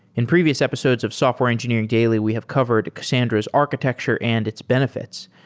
in previous episodes of software engineering daily we have covered cassandra's architecture and its benefits,